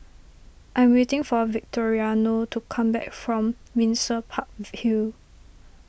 I am waiting for Victoriano to come back from Windsor Park Hill